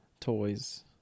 toys